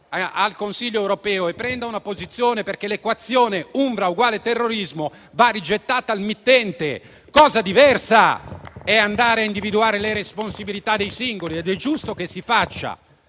al Consiglio europeo e prenda una posizione, perché l'equazione «UNRWA uguale terrorismo» va rigettata al mittente. Cosa diversa è individuare le responsabilità dei singoli ed è giusto che si faccia.